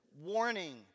warning